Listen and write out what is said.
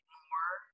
more